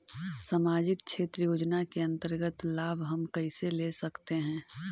समाजिक क्षेत्र योजना के अंतर्गत लाभ हम कैसे ले सकतें हैं?